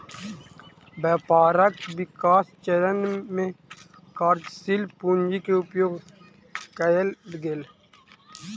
व्यापारक विकास चरण में कार्यशील पूंजी के उपयोग कएल गेल